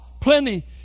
plenty